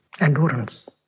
endurance